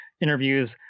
interviews